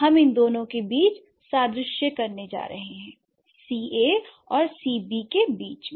हम इन दोनों के बीच सादृश्य करने जा रहे है C a और C b k बीच में